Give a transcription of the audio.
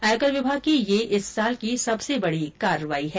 आयकर विभाग की यह इस साल की सबसे बडी कार्रवाई है